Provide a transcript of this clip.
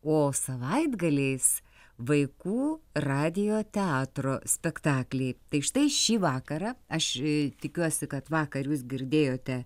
o savaitgaliais vaikų radijo teatro spektakliai tai štai šį vakarą aš tikiuosi kad vakar jūs girdėjote